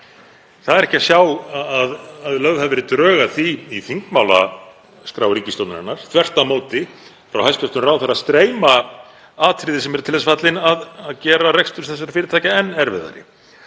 Það er ekki að sjá að lögð hafi verið drög að því í þingmálaskrá ríkisstjórnarinnar, þvert á móti; frá hæstv. ráðherra streyma atriði sem eru til þess fallin að gera rekstur þessara fyrirtækja enn erfiðari.